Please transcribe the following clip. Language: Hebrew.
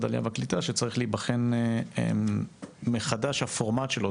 העלייה והקליטה שצריך להיבחן מחדש הפורמט שלו,